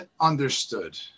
understood